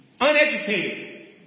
Uneducated